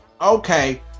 okay